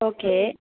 okay